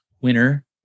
winner